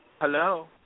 Hello